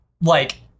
like-